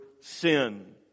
sin